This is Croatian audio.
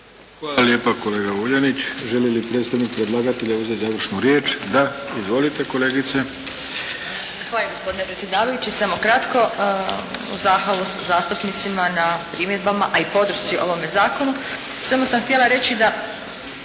Hvala lijepa kolega Vuljanić. Želi li predstavnik predlagatelja uzeti završnu riječ? Da. Izvolite kolegice. **Bagić, Snježana** Zahvaljujem gospodine predsjedavajući. Samo kratko. Zahvalu zastupnicima na primjedbama, a i podršci ovome zakonu. Samo sam htjela reći da